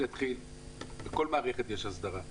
בכל מערכת יש הסדרה.